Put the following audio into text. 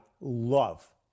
love